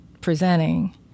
presenting